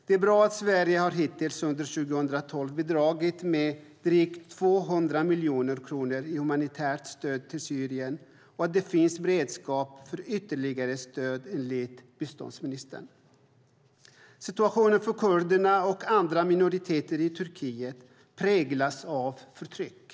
Det är bra att Sverige hittills under 2012 har bidragit med drygt 200 miljoner kronor i humanitärt stöd till Syrien och att det finns beredskap för ytterligare stöd, enligt biståndsministern. Situationen för kurderna och andra minoriteter i Turkiet präglas av förtryck.